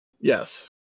Yes